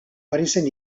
parisen